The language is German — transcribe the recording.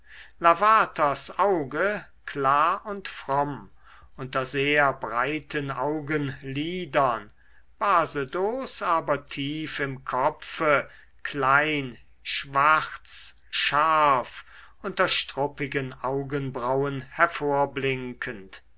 lavaters auge klar und fromm unter sehr breiten augenlidern basedows aber tief im kopfe klein schwarz scharf unter struppigen augenbrauen hervorblinkend